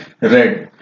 red